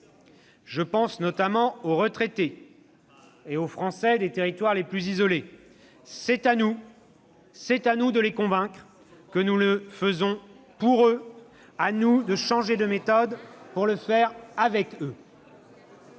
Je pense notamment aux retraités et aux Français des territoires isolés. C'est à nous de les convaincre que nous les faisons pour eux, ... Ça va être dur !... à nous de changer de méthode pour les faire avec eux.